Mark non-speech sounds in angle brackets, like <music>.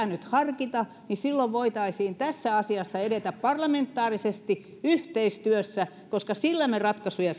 <unintelligible> nyt harkita silloin voitaisiin tässä asiassa edetä parlamentaarisesti yhteistyössä koska sillä me saamme ratkaisuja <unintelligible>